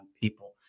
people